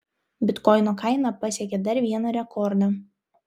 bitkoino kaina pasiekė dar vieną rekordą